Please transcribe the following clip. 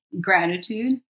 gratitude